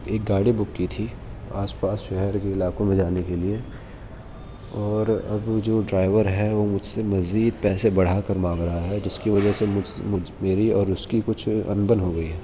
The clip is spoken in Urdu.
ایک گاڑی بک کی تھی آس پاس شہر کے علاقوں میں جانے کے لیے اور اب جو ڈرائیور ہے وہ مجھ سے مزید پیسے بڑھا کر مانگ رہا ہے جس کی وجہ سے مجھ مجھ میری اور اس کی کچھ ان بن ہو گئی ہے